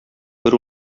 бер